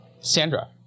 Sandra